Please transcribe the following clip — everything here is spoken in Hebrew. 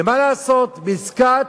ומה לעשות, בעסקת,